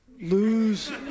lose